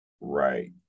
right